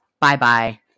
Bye-bye